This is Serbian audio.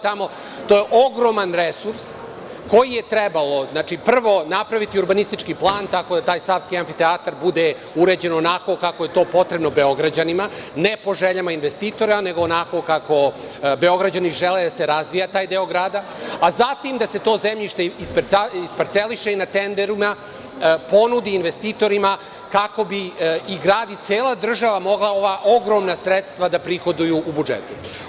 To je ogroman resurs, koji je trebalo, znači, prvo napraviti urbanistički plan, tako da taj „Savski amfiteatar“ bude uređen onako kako je to potrebno Beograđanima, ne po željama investitora, nego onako kako Beograđani žele da se razvija taj deo grada, a zatim da se to zemljište isparceliše i na tenderima ponudi investitorima kako bi i grad i cela država mogli ova ogromna sredstva da prihoduju u budžetu.